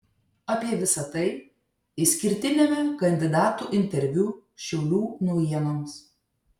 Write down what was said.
apie visa tai išskirtiniame kandidatų interviu šiaulių naujienoms